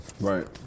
Right